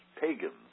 pagans